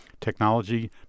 technology